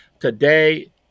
Today